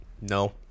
No